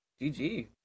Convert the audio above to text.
GG